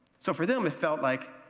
so for them it felt like,